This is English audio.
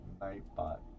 Nightbot